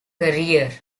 career